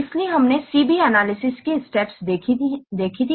इसलिए हमने C B analysis के स्टेप्स देखी है